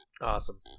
Awesome